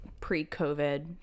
pre-COVID